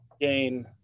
gain